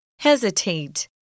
Hesitate